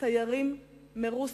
תיירים מרוסיה,